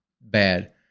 bad